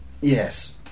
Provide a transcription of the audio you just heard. yes